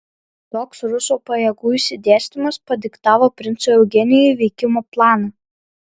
toks rusų pajėgų išsidėstymas padiktavo princui eugenijui veikimo planą